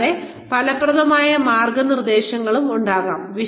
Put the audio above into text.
കൂടാതെ ഫലപ്രദമായ മാർഗനിർദേശം ഉണ്ടാകാം